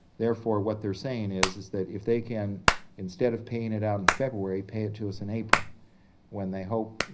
therefore, what they're saying is, is that if they can instead of paying it out on and february pay it to us in april when they hope,